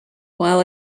while